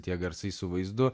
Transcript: tie garsai su vaizdu